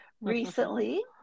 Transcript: recently